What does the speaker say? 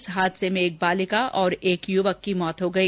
इस हादसे में एक बालिका और एक युवक की मृत्यु हो गई